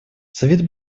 совет